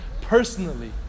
personally